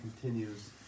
continues